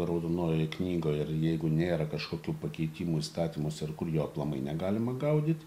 raudonojoje knygoje ir jeigu nėra kažkokių pakeitimų įstatymuose ir kur jo aplamai negalima gaudyt